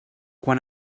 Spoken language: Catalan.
quan